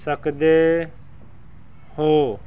ਸਕਦੇ ਹੋ